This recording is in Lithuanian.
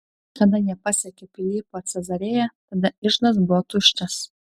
kada jie pasiekė pilypo cezarėją tada iždas buvo tuščias